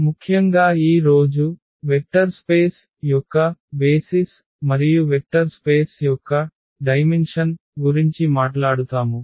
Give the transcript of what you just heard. ముఖ్యంగా ఈ రోజు వెక్టర్ స్పేస్ యొక్క ప్రాతిపదిక మరియు వెక్టర్ స్పేస్ యొక్క పరిమాణం గురించి మాట్లాడుతాము